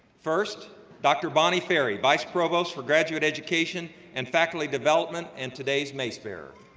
first dr. bonnie ferri, vice provost for graduate education and faculty development and today's mace-bearer.